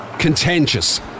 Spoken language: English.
contentious